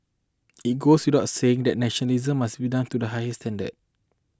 it goes without saying that nationalisation must be done to the highest standards